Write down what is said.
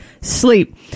sleep